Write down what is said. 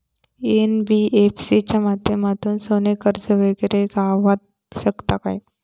NBFC च्या माध्यमातून सोने कर्ज वगैरे गावात शकता काय?